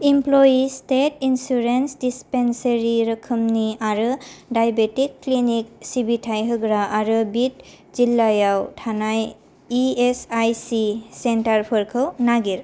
employees state insurance dispensary रोखोमनि आरो diabetic clinic सिबिथाय होग्रा आरो बिद जिल्लायाव थानाय इ एस आइ सि सेन्टारफोरखौ नागिर